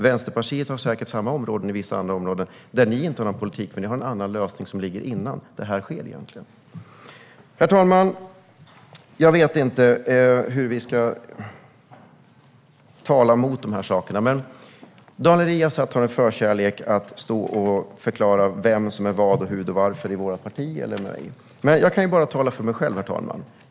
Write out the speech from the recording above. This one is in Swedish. Det finns säkert delar av andra områden där Vänsterpartiet inte har någon politik eftersom ni har en annan lösning på saker och som används innan problemen uppstår. Herr talman! Jag vet inte hur vi ska tala mot de här sakerna, men Daniel Riazat har en förkärlek för att stå och tala om vem som är vad, hur och varför i vårt parti. Jag kan bara tala för mig själv, herr talman.